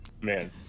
Man